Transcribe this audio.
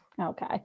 Okay